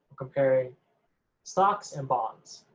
comparing stocks and bonds.